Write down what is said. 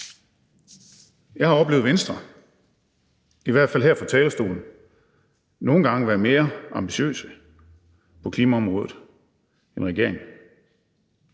Jeg har oplevet Venstre – i hvert fald her på talerstolen – nogle gange være mere ambitiøse på klimaområdet end regeringen.